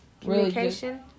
communication